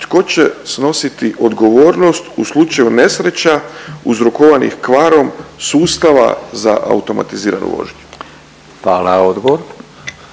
tko će snositi odgovornost u slučaju nesreća uzrokovanih kvarom sustava za automatiziranu vožnju. **Radin,